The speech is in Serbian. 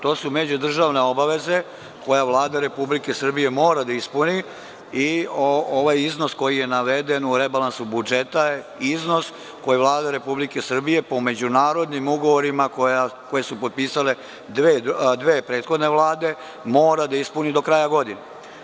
To su međudržavne obaveze koje Vlada Republike Srbije mora da ispuni i ovaj iznos koji je naveden u rebalansu budžeta je iznos koji Vlada Republike Srbije po međunarodnim ugovorima koje su potpisale dve prethodne vlade mora da ispuni do kraja godine.